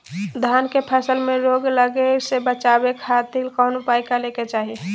धान के फसल में रोग लगे से बचावे खातिर कौन उपाय करे के चाही?